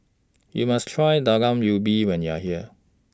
YOU must Try Talam Ubi when YOU Are here